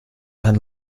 had